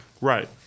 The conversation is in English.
right